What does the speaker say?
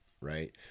Right